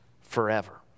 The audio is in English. Forever